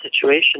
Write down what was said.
situation